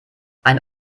eine